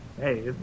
hey